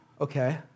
Okay